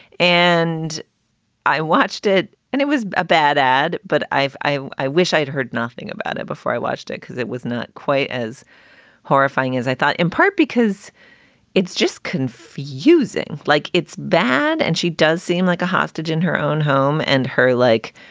and i watched it and it was a bad ad. but i've i i wish i'd heard nothing about it before i watched it because it was not quite as horrifying as i thought, in part because it's just confusing, like it's bad. and she does seem like a hostage in her own home and her, like,